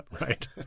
right